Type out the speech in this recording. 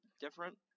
different